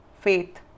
faith